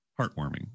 heartwarming